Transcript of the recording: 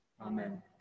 Amen